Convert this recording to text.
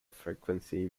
frequency